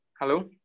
Hello